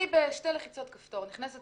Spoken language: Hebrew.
אני בשתי לחיצות כפתור נכנסת